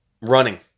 running